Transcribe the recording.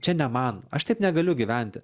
čia ne man aš taip negaliu gyventi